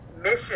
mission